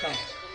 חבר הכנסת גפני.